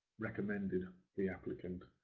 recommended the applicant